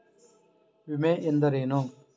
ವಿಮೆ ಎಂದರೇನು?